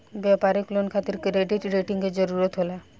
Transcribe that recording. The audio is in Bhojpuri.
व्यापारिक लोन खातिर क्रेडिट रेटिंग के जरूरत होला